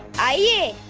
i